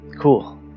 cool